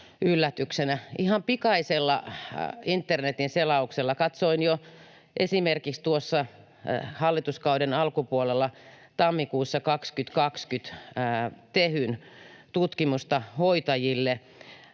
Ihan pikaisella internetin selauksella katsoin esimerkiksi jo tuossa hallituskauden alkupuolella tammikuussa 22 tehtyä Tehyn tutkimusta hoitajille,